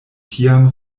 tiam